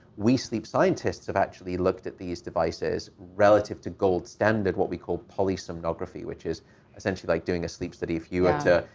we sleep scientists have actually looked at these devices relative to gold standard, what we call polysomnography, which is essentially like doing a sleep study. if you were to,